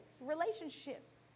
relationships